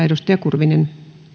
edustaja kurvinen